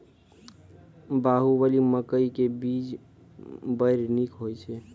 बाहुबली मकई के बीज बैर निक होई छै